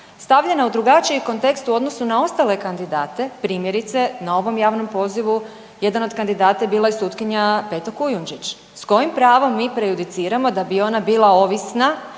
stavljena u drugačiji kontekst u odnosu na ostale kandidate. Primjerice na ovom javnom pozivu jedan od kandidata je bila i sutkinja Peta Kujundžić. Sa kojim pravom mi prejudiciramo da bi ona bila ovisna